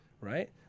right